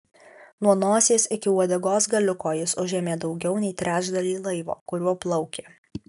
nuo nosies iki uodegos galiuko jis užėmė daugiau nei trečdalį laivo kuriuo plaukė